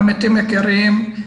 עמיתים יקרים,